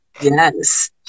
Yes